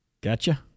Gotcha